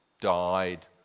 died